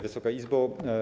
Wysoka Izbo!